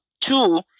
two